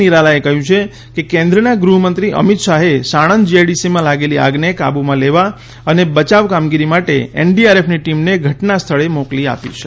નિરાલાએ કહ્યું છે કે કેન્દ્રના ગુહ્મંત્રી અમિત શાહે સાણંદ જીઆઈડીસીમાં લાગેલી આગને કાબુમાં લેવા અને બચાવ કામગીરી માટે એનડીઆરએફની ટીમને ઘટનાસ્થળે મોકલી આપી છે